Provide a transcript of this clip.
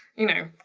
you know,